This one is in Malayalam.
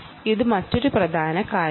ഇത് മറ്റൊരു പ്രധാന കാര്യമാണ്